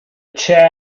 chair